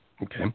Okay